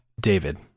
david